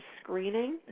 screening